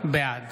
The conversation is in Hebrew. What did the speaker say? בעד